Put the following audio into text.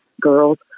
girls